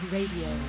Radio